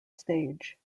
stage